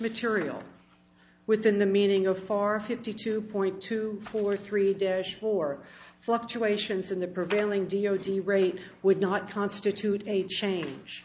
material within the meaning of far fifty two point two four three days for fluctuations in the prevailing d o t rate would not constitute a change